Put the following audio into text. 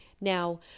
now